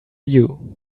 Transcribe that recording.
you